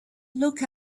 look